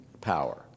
power